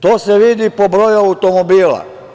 To se vidi i po broju automobila.